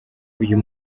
uyu